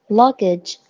luggage